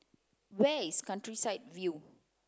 where is Countryside View